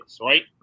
right